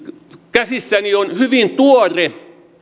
käsissäni on hyvin tuore